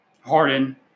Harden